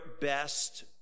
best